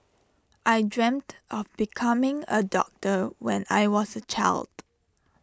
I dreamt of becoming A doctor when I was A child